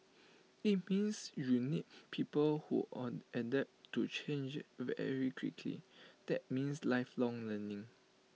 IT means you need people who on adapt to change very quickly that means lifelong learning